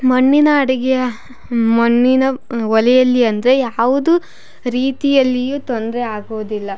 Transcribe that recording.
ಮಣ್ಣಿನ ಅಡಿಗೆಯ ಮಣ್ಣಿನ ಒಲೆಯಲ್ಲಿ ಅಂದರೆ ಯಾವುದು ರೀತಿಯಲ್ಲಿಯೂ ತೊಂದರೆ ಆಗೋದಿಲ್ಲ